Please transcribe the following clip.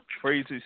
crazy